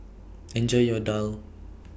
Enjoy your Daal